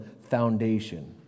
foundation